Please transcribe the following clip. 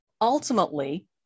ultimately